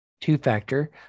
two-factor